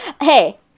Hey